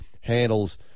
handles